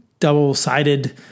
double-sided